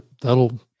that'll